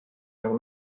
nagu